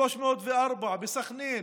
304, בסח'נין,